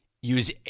Use